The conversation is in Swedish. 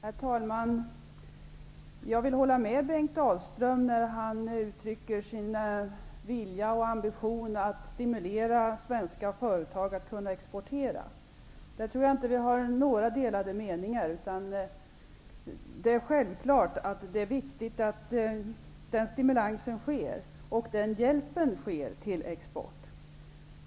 Herr talman! Jag vill hålla med Bengt Dalström när han uttrycker sin vilja och ambition att stimulera svenska företag att exportera. Där tror jag inte att vi har några delade meningar. Det är självklart att det är viktigt att stimulansen och hjälpen finns för exporten.